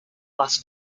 las